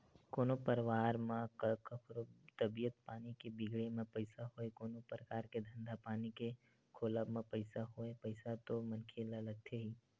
कोनो परवार म कखरो तबीयत पानी के बिगड़े म पइसा होय कोनो परकार के धंधा पानी के खोलब म पइसा होय पइसा तो मनखे ल लगथे ही